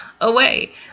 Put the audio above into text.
away